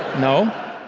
no?